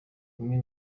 bimwe